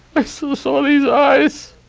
but so so um his eyes